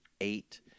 eight